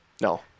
No